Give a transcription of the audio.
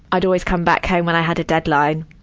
i'd always come back home when i had a deadline,